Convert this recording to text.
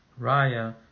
Raya